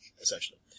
Essentially